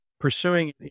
pursuing